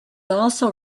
also